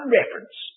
reference